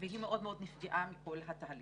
היא מאוד מאוד נפגעה מכל התהליך.